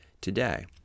today